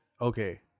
Okay